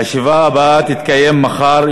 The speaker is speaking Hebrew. הישיבה הבאה תתקיים מחר,